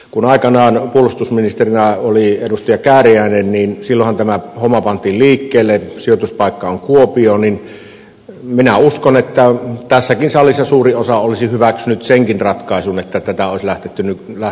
kun aikanaan puolustusministerinä oli edustaja kääriäinen silloinhan tämä homma pantiin liikkeelle sijoituspaikka on kuopio niin minä uskon että tässäkin salissa suuri osa olisi hyväksynyt senkin ratkaisun että tätä olisi lähdetty nykypohjalta kehittämään